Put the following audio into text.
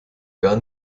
gar